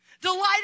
Delighted